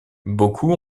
beaucoup